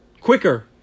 quicker